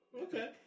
Okay